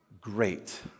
great